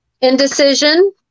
indecision